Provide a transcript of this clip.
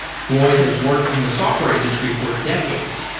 floyd has worked in the software industry for decades,